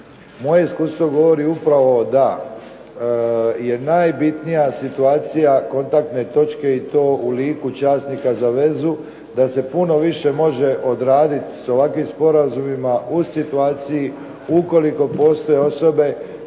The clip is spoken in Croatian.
Moje iskustvo govori upravo da je najbitnija situacija kontaktne točke i to u liku časnika za vezu, da se puno više može odraditi s ovakvim sporazumima u situaciji ukoliko postoje osobe